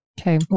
Okay